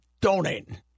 donating